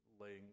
laying